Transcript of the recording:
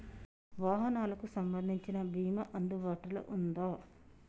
వాహనాలకు సంబంధించిన బీమా అందుబాటులో ఉందా?